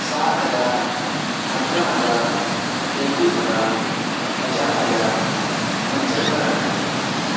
سات ہزار اٹھارہ ہزار تینتیس ہزار پچاس ہزار پچہتر ہزار